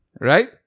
right